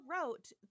wrote